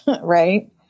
right